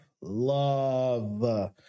love